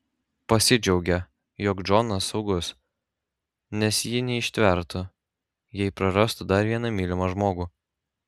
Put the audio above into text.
pasidžiaugė jog džonas saugus nes ji neištvertų jei prarastų dar vieną mylimą žmogų